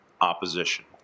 opposition